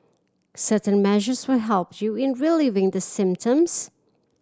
certain measures will help you in relieving the symptoms